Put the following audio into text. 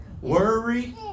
Worry